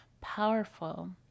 powerful